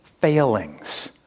failings